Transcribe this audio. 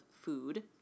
food